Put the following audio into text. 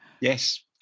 yes